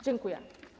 Dziękuję.